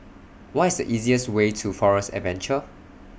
What IS The easiest Way to Forest Adventure